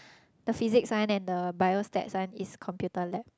the physics one and the bio stats one is computer lab